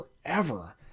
forever